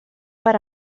per